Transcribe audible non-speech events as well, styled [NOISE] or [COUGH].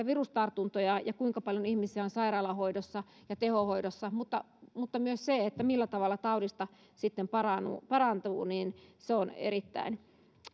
[UNINTELLIGIBLE] virustartuntoja ja kuinka paljon ihmisiä on sairaalahoidossa ja tehohoidossa mutta mutta myös se millä tavalla taudista sitten parantuu parantuu on erittäin